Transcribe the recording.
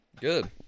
Good